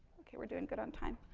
okay, we're doing good on time.